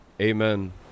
Amen